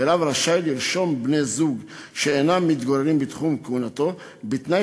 ורב רשאי לרשום בני-זוג שאינם מתגוררים בתחום כהונתו בתנאי